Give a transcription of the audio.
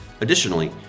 Additionally